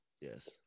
Yes